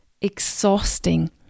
exhausting